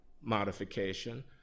modification